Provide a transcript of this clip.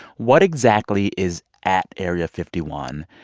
what exactly is at area fifty one?